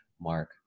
Mark